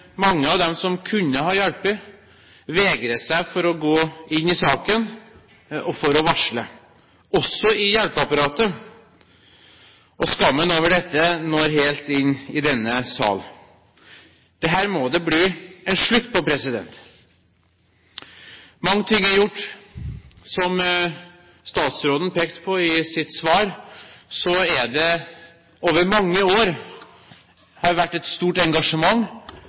mange av dem som kunne ha hjulpet, vegrer seg for å gå inn i saken og for å varsle – også i hjelpeapparatet – og skammen over dette når helt inn i denne sal. Dette må det bli en slutt på! Mange ting er gjort. Som statsråden pekte på i sitt svar, har det over mange år vært et stort engasjement,